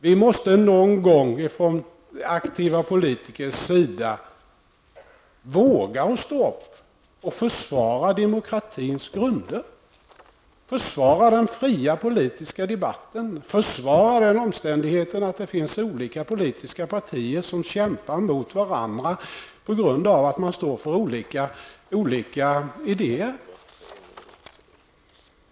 Vi måste någon gång, från aktiva politikers sida, våga stå upp och försvara demokratins grunder, den fria politiska debatten samt den omständigheten att det finns olika politiska partier som kämpar mot varandra på grund av att man står för olika idéer.